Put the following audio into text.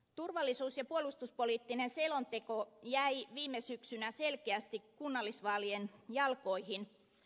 turvallisuus ja puolustuspoliittinen selonteko jäi viime syksynä selkeästi kunnallisvaalien jalkoihin